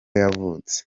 yavutse